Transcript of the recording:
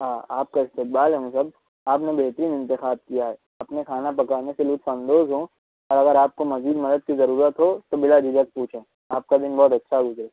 ہاں آپ کا استقبال ہے حسن آپ نے بہترین انتخاب کیا ہے اپنے کھانا پکانے سے لطف اندوز ہوں اور اگر آپ کو مزید مدد کی ضرورت ہو تو بلا جھجھک پوچھیں آپ کا دن بہت اچھا گزرے